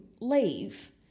leave